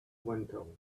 window